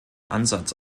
ansatz